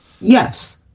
Yes